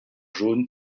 jaune